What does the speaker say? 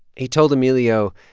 he told emilio,